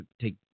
take